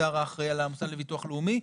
השר האחראי על המוסד לביטוח לאומי,